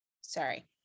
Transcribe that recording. Sorry